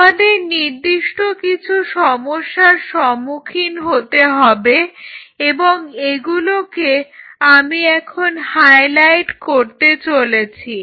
আমাদের নির্দিষ্ট কিছু সমস্যার সম্মুখীন হতে হবে এবং এগুলোকে আমি এখন হাইলাইট করতে চলেছি